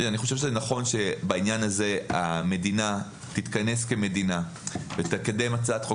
אני חושב שזה נכון שבעניין הזה המדינה תתכנס כמדינה ותקדם הצעת חוק